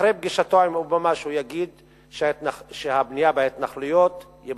שאחרי פגישתו עם אובמה הוא יגיד שהבנייה בהתנחלויות תימשך.